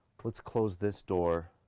let's close this door,